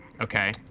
Okay